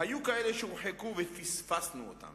היו כאלה שהורחקו ופספסנו אותם